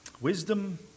wisdom